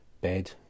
bed